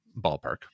ballpark